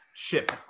Ship